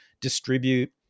distribute